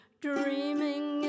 dreaming